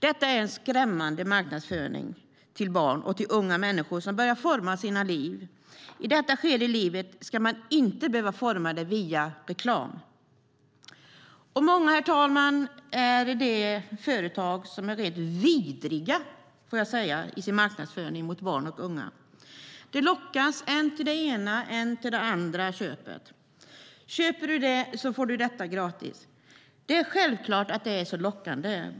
Det är en skrämmande marknadsföring till barn och unga just när de börjar forma sina liv. I det skedet av livet ska de inte behöva göra det via reklam. Många är de företag, herr talman, som rent ut sagt är vidriga i sin marknadsföring till barn och unga. De lockar med än det ena än det andra köpet. Köper du en sak så får du något annat gratis. Självklart är det lockande.